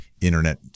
Internet